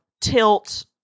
tilt